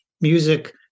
music